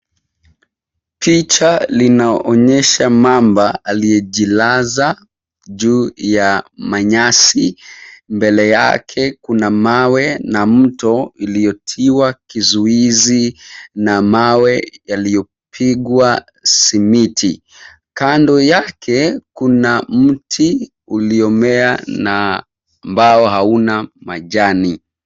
Picha linaonyesha mamba aliyejilaza juu ya manyasi, mbele yake kuna mawe na mto uliotiwa kizuizi na mawe yaliyo pigwa simiti. Kando yake kuna mti uliomea na ambao hauna majani.